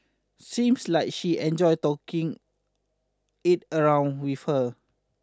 seems like she enjoyed taking it around with her